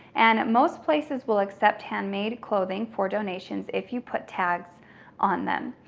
and most places will accept handmade clothing for donations if you put tags on them.